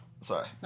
Sorry